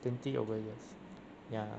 twenty over years ya